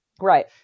Right